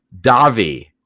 Davi